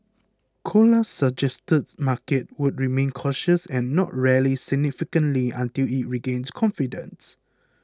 colas suggested markets would remain cautious and not rally significantly until it regains confidence